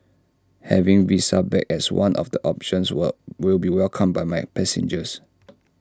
having visa back as one of the options will be welcomed by my passengers